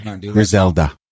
Griselda